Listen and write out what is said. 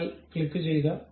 നിങ്ങൾ ക്ലിക്കുചെയ്യുക